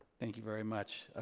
thank you very much.